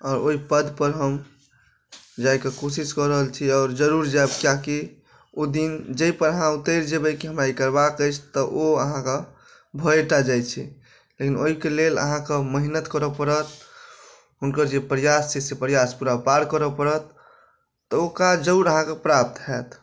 आओर ओहि पदपर हम जाइके कोशिश कऽ रहल छी आओर जरूर जायब कियाकि ओ दिन जाहिपर अहाँ उतरि जेबै कि हमरा ई करबाक अछि तऽ ओ अहाँके भए टा जाइत छै लेकिन ओहिके लेल अहाँकेँ मेहनत करय पड़त हुनकर जे प्रयास छै से प्रयास पूरा पार करय पड़त तऽ ओ काज जरूर अहाँकेँ प्राप्त होयत